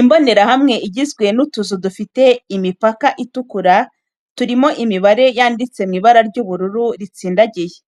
Imbonerahamwe igizwe n’utuzu dufite imipaka itukura, turimo imibare yanditse mu ibara ry’ubururu ritsindagiye.